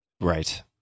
Right